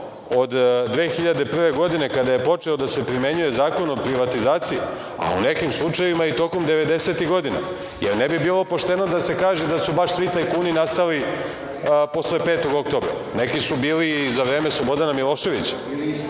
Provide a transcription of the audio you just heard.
do 2001. godine, kada je počeo da se primenjuje Zakon o privatizaciji, a u nekim slučajevima i tokom devedesetih godina, jer ne bi bilo pošteno da se kaže da su baš svi tajkuni nastali posle 5. oktobra. Neki su bili i za vreme Slobodana Miloševića,